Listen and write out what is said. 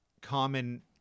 common